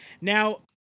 now